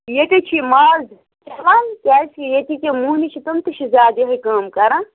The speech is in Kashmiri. ییٚتہِ حظ چھِ یہِ کیٛازکہِ ییٚتِکۍ یِم موہنی چھِ تِم تہِ چھِ زیادٕ یِہے کٲم کَران